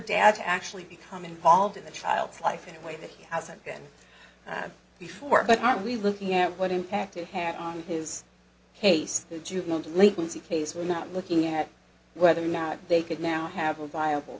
to actually become involved in the child's life in a way that he hasn't been before but are we looking at what impact it had on his case the juvenile delinquency case we're not looking at whether or not they could now have a viable